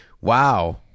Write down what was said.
Wow